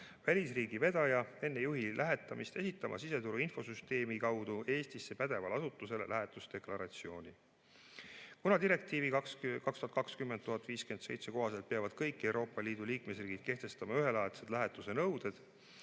välisriigi vedaja enne juhi lähetamist esitama siseturu infosüsteemi kaudu Eesti pädevale asutusele lähetusdeklaratsiooni. Kuna direktiivi 2020/1057 kohaselt peavad kõik Euroopa Liidu liikmesriigid kehtestama ühelaadsed lähetusenõuded,